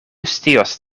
scios